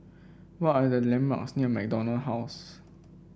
what are the landmarks near MacDonald House